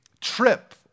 trip